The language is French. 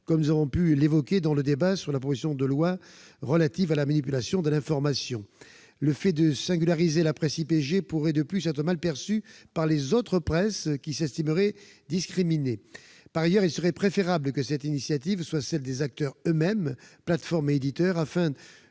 comme nous l'avons dit lors du débat sur la proposition de loi relative à la lutte contre la manipulation de l'information. Le fait de singulariser la presse IPG pourrait de plus être mal perçu par les autres presses, qui s'estimeraient discriminées. Par ailleurs, il serait préférable que cette initiative émane des acteurs eux-mêmes, plateformes et éditeurs, afin de